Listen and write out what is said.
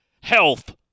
health